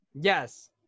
Yes